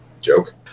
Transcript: joke